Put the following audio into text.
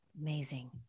Amazing